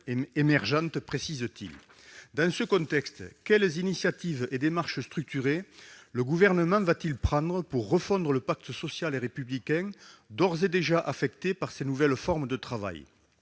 émergente. Dans ce contexte, quelles initiatives et démarches structurées le Gouvernement compte-t-il prendre pour refondre le pacte social et républicain, d'ores et déjà affecté par ces nouvelles formes de travail ?